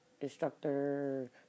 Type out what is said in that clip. instructor